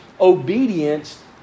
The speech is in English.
obedience